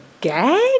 gag